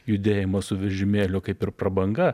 judėjimas su vežimėliu kaip ir prabanga